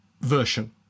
version